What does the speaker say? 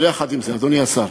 אבל יחד עם זה, אדוני השר,